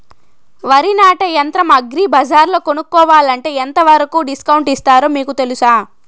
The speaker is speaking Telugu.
వరి నాటే యంత్రం అగ్రి బజార్లో కొనుక్కోవాలంటే ఎంతవరకు డిస్కౌంట్ ఇస్తారు మీకు తెలుసా?